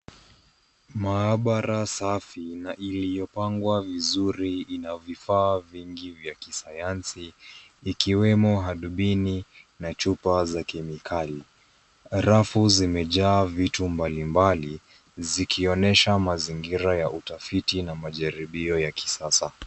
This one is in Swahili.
Maabara safi na iliyopangwa vizuri ina vifaa vingi vya kisayansi ikiwemo hard bini na chupa za kemikali. Rafu zimejaa vitu mbalimbali zikionyesha mazingira ya utafiti na majaribio ya kisasa.